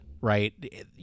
right